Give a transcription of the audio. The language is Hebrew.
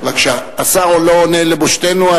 השר לא עונה לבושתנו,